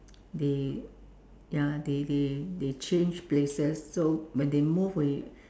they ya they they they change places so when they move we